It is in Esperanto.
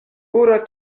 pura